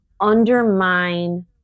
undermine